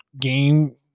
game